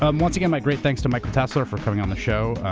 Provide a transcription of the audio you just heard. um once again, my great thanks to michael tesler for coming on the show.